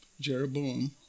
Jeroboam